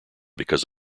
because